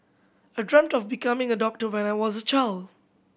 I dreamt of becoming a doctor when I was a child